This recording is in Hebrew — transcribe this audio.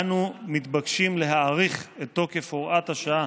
אנו מתבקשים להאריך את תוקף הוראת השעה